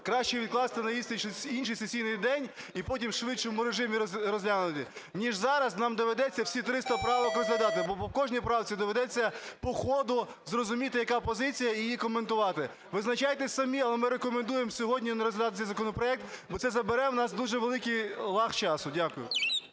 краще відкласти на інший сесійний день і потім у швидшому режимі розглянути, ніж зараз нам доведеться всі 300 правок розглядати. Бо по кожній правці доведеться по ходу зрозуміти, яка позиція і її коментувати. Визначайтесь самі, але ми рекомендуємо сьогодні не розглядати цей законопроект, бо це забере у нас дуже великий лаг часу. Дякую.